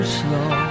slow